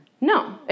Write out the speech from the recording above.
No